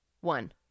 One